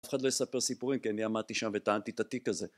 אף אחד לא יספר סיפורים כי אני עמדתי שם וטענתי את התיק הזה